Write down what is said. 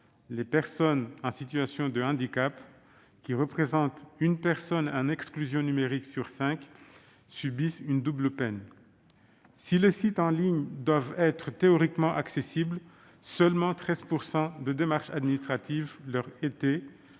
Les personnes en situation de handicap, qui représentent une personne en exclusion numérique sur cinq, subissent une double peine. Si les sites en ligne doivent être théoriquement accessibles, seulement 13 % de démarches administratives leur étaient,